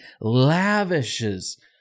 lavishes